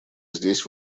здесь